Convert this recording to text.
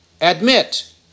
admit